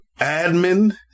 admin